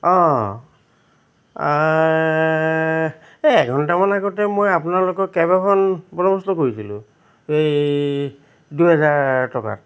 অঁ এই এঘণ্টামান আগতে মই আপোনালোকৰ কেব এখন বনবস্ত কৰিছিলোঁ এই দুহেজাৰ টকাত